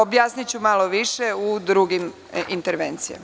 Objasniću malo više u drugim intervencijama.